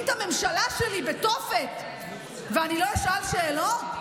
את הממשלה שלי בתופת ואני לא אשאל שאלות,